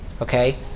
okay